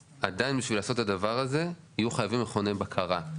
עדיין בשביל לעשות את הדבר הזה יהיו חייבים מכוני בקרה.